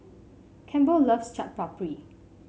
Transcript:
Campbell loves Chaat Papri